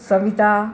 Savita